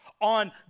on